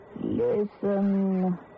Listen